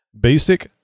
basic